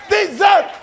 deserve